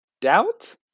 doubt